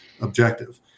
objective